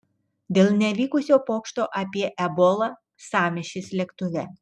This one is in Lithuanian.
dėl nevykusio pokšto apie ebolą sąmyšis lėktuve